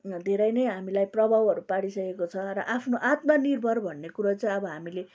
धेरै नै हामीलाई प्रभावहरू पारिसकेको छ र आफ्नो आत्मा निर्भर भन्नै कुरो चाहिँ अब हामीले